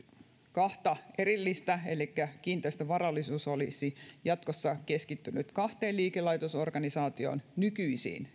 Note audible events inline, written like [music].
kahta erillistä organisaatiota elikkä kiinteistövarallisuus olisi jatkossa keskittynyt kahteen liikelaitosorganisaatioon nykyisiin [unintelligible]